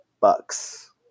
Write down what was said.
Bucks